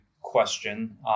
question